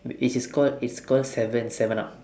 is is called it's call seven seven up